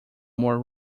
more